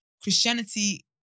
Christianity